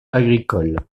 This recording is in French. agricole